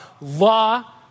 law